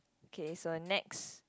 K so next